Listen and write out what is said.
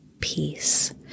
peace